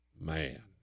Man